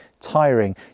tiring